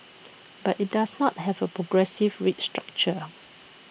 but IT does not have A progressive rate structure